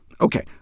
Okay